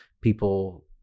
People